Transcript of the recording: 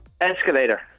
Escalator